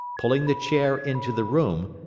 pulling the chair into the room,